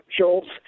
Schultz